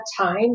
time